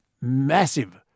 Massive